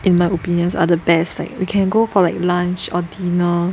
in my opinions are the best like we can go for like lunch or dinner